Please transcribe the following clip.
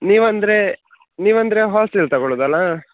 ನೀವು ಅಂದರೆ ನೀವು ಅಂದರೆ ಹೋಲ್ಸೆಲ್ ತಗೊಳ್ಳೋದು ಅಲಾ